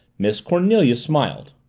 miss cornelia smiled.